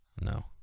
No